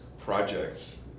projects